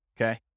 Okay